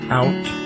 out